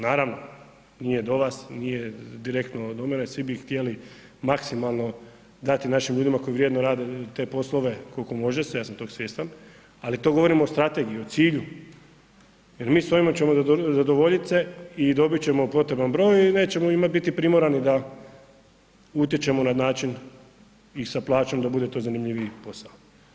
Naravno nije do vas, nije direktno do mene, svi bi htjeli maksimalno dati našim ljudima koji vrijedno rade te poslove kol'ko može se, ja sam tog svjestan, ali to govorimo o strategiji, o cilju, jer mi s ovim ćemo zadovoljit se i dobit ćemo potreban broj i nećemo biti primorani da utječemo na način i sa plaćom da bude to zanimljiviji posao.